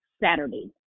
saturday